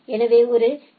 எனவே ஒரு பி